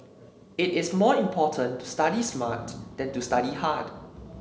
it is more important to study smart than to study hard